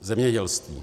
Zemědělství.